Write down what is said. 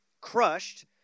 crushed